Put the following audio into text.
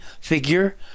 figure